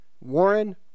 Warren